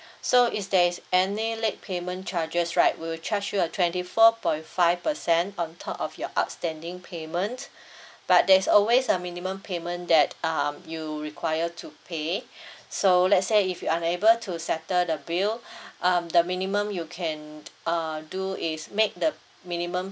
so is there is any late payment charges right we'll charge you a twenty four point five percent on top of your outstanding payments but there's always a minimum payment that um you require to pay so let's say if you're unable to settle the bill um the minimum you can err do is make the minimum